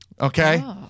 okay